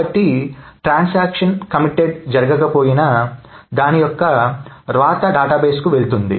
కాబట్టి transaction committed జరగక పోయినా దాని యొక్క వ్రాత డేటాబేస్ కు వెళ్తుంది